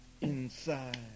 inside